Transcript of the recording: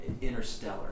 Interstellar